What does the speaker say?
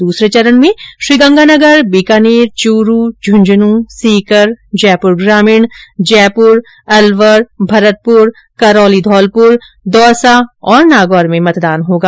दूसरे चरण में श्रीगंगानगर बीकानेर च्रू ज्ञान्न सीकर जयप्र ग्रामीण जयप्र अलवर भरतप्र करौली धौलप्र दौसा और नागौर में मतदान होगा